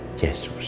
Jesus